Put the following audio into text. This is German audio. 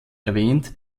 erwähnt